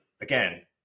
again